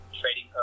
trading